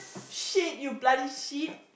shit you bloody shit